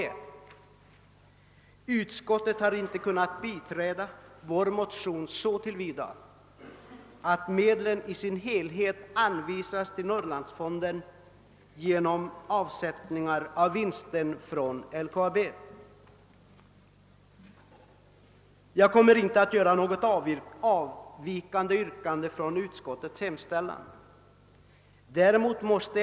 Utskottet har inte kunnat biträda motionsyrkandet att medlen i sin helhet anvisas till Norrlandsfonden genom avsättning av vinsten från LKAB, och jag kommer inte att här ställa något från utskottets hemställan avvikande yrkande.